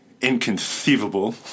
inconceivable